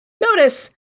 Notice